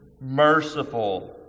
merciful